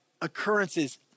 occurrences